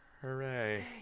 Hooray